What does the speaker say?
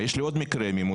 יש לי עוד מקרה במודיעין,